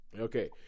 okay